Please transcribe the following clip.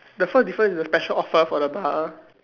the first difference is the special offer for the bar